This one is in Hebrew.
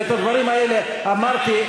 ואת הדברים האלה אמרתי,